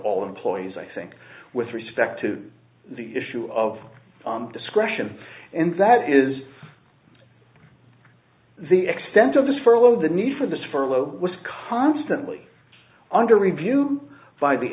all employees i think with respect to the issue of discretion and that is the extent of this furlough the need for this furlough was constantly under review by the